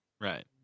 Right